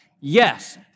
Yes